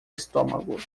estômago